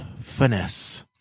finesse